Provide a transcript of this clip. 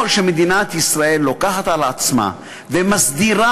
או שמדינת ישראל לוקחת על עצמה ומסדירה